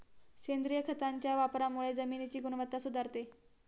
सेंद्रिय खताच्या वापरामुळे जमिनीची गुणवत्ता सुधारते